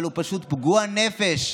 אבל הוא פשוט פגוע נפש,